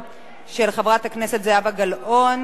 של חבר הכנסת אלכס מילר וקבוצת חברי הכנסת,